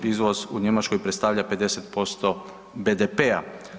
Izvoz u Njemačkoj predstavlja 50% BDP-a.